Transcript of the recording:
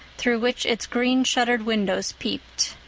through which its green-shuttered windows peeped.